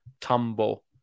tumble